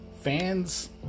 fans